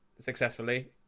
successfully